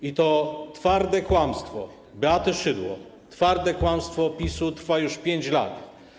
I to twarde kłamstwo Beaty Szydło, twarde kłamstwo PiS-u trwa już 5 lat.